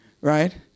right